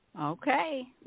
Okay